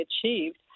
achieved